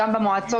גם במועצות,